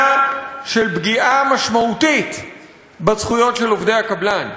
של פגיעה משמעותית בזכויות של עובדי הקבלן.